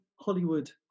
Hollywood